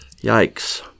Yikes